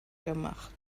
gemacht